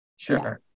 Sure